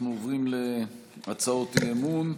אנחנו עוברים להצעות אי-אמון.